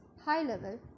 high-level